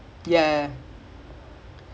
he won ya